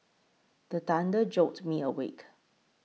the thunder jolt me awake